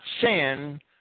sin